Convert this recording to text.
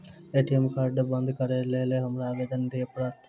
ATM card बंद करैक लेल हमरा आवेदन दिय पड़त?